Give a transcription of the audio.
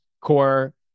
core